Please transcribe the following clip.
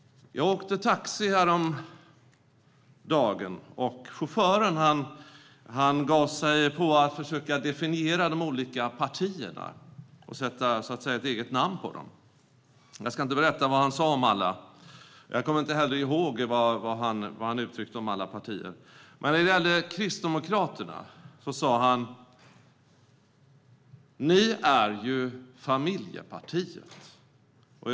Jag åkte taxi häromdagen. Chauffören gav sig på att försöka definiera de olika partierna och sätta ett eget namn på dem. Jag ska inte berätta vad han sa om alla. Jag kommer heller inte ihåg vad han uttryckte om alla partier. Men när det gällde Kristdemokraterna sa han: Ni är ju Familjepartiet.